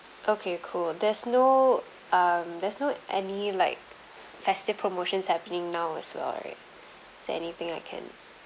okay cool there's no um there's no any like festive promotions happening now as well right is there anything I can